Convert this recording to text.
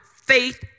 Faith